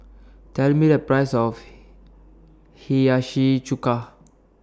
Tell Me The Price of Hiyashi Chuka